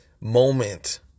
moment